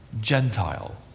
Gentile